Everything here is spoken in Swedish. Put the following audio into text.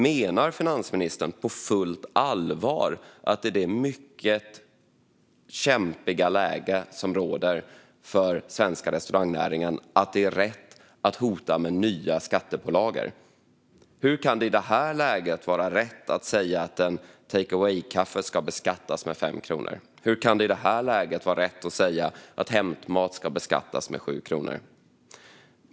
Menar finansministern på fullt allvar att det är rätt att hota med nya skattepålagor i det mycket kämpiga läge som råder för restaurangnäringen? Hur kan det i det här läget vara rätt att säga att en take away-kaffe ska beskattas med 5 kronor? Hur kan det i det här läget vara rätt att säga att hämtmat ska beskattas med 7 kronor?